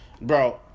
Bro